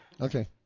Okay